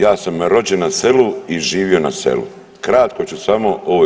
Ja sam rođen na selu i živio na selu, kratko ću samo o ovoj